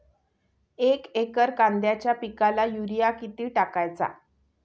एक एकर कांद्याच्या पिकाला युरिया किती टाकायचा?